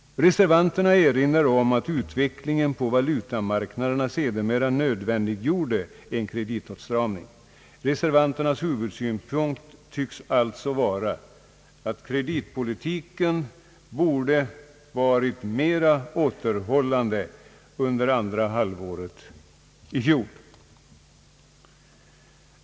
Reservanterna erinrar om att utvecklingen på valutamarknaderna sedermera nödvändiggjorde en kreditåtstramning. Reservanternas huvudsynpunkt tycks alltså vara att kreditpolitiken borde varit mera återhållande under andra halvåret i fjol.